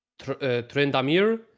Trendamir